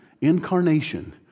incarnation